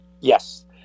Yes